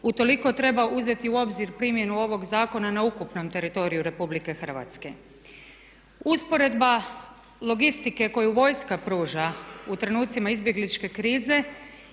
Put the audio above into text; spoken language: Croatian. Utoliko treba uzeti u obzir primjenu ovog zakona na ukupnom teritoriju Republike Hrvatske. Usporedba logistike koju vojska pruža u trenutcima izbjegličke krize